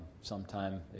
Sometime